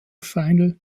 final